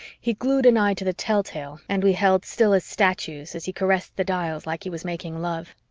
he glued an eye to the telltale and we held still as statues as he caressed the dials like he was making love.